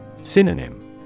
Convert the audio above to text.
Synonym